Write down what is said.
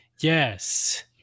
yes